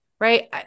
Right